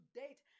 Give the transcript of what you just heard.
date